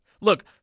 Look